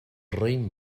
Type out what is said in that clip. raïm